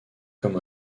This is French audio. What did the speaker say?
comme